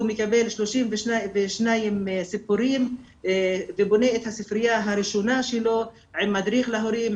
הוא מקבל 32 סיפורים ובונה את הספרייה הראשונה שלו עם מדריך להורים,